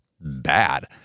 bad